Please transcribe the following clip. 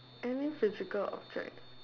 any physical object